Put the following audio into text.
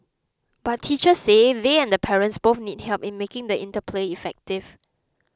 but teachers say they and the parents both need help in making the interplay effective